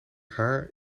haar